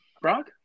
Brock